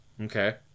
Okay